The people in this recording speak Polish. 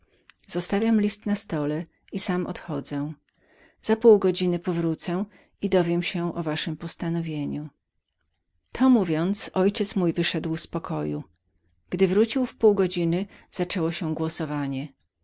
zostawiam list na stole i sam odchodzę za pół godziny powrócę i dowiem się o waszem postanowieniu to mówiąc mój ojciec wyszedł z pokoju gdy wrócił w pół godziny zaczęło się głosowanie